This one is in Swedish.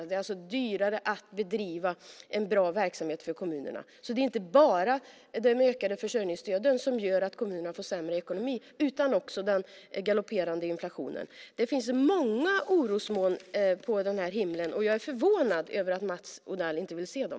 Det är alltså dyrare att bedriva en bra verksamhet för kommunerna. Det är alltså inte bara de ökade försörjningsstöden som gör att kommunerna får sämre ekonomi utan också den galopperande inflationen. Det finns många orosmoln på himlen, och jag är förvånad över att Mats Odell inte vill se dem.